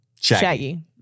Shaggy